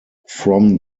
from